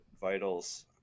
vitals